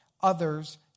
others